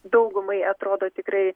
daugumai atrodo tikrai